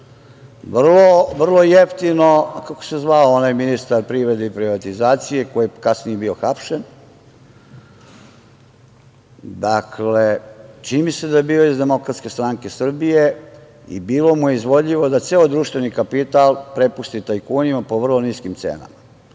vrlo jeftino. Kako se zvao onaj ministar privrede i privatizacije koji je kasnije bio hapšen? Dakle, čini mi se da je bio iz Demokratske stranke Srbije i bilo mu je izvodljivo da ceo društveni kapital prepusti tajkunima po vrlo niskim cenama